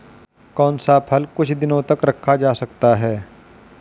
कौन सा फल कुछ दिनों तक रखा जा सकता है?